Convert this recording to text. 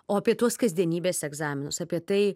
o apie tuos kasdienybės egzaminus apie tai